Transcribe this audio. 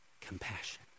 compassion